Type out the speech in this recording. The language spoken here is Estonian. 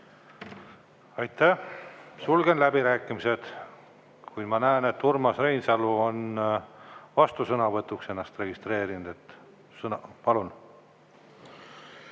Aitäh! Sulgen läbirääkimised, kuid ma näen, et Urmas Reinsalu on vastusõnavõtuks ennast registreerinud. Palun!